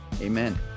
Amen